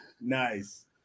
Nice